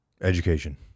Education